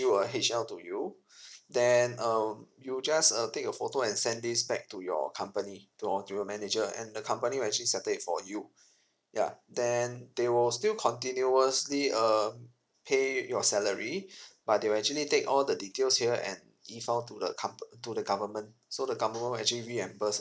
a H_L to you then um you just uh take a photo and send this back to your company to or to your manager and the company will actually settle it for you ya then they will still continuously uh pay your salary but they will actually take all the details here and give out to the compa~ to the government so the government will actually reimburse